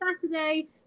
Saturday